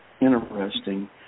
interesting